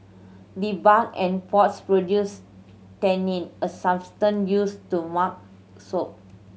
the bark and pods produce tannin a substance used to mark soap